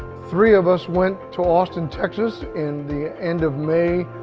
three of us went to austin, texas, in the end of may,